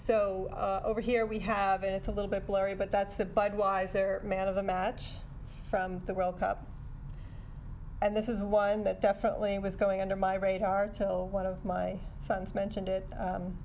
so over here we have it it's a little bit blurry but that's the budweiser man of the match from the world cup and this is one that definitely was going under my radar till one of my sons mentioned